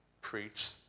preach